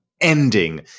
ending